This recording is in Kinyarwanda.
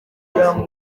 akazi